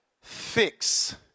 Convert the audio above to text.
fix